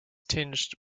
tinged